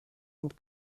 und